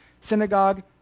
synagogue